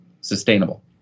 sustainable